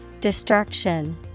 Destruction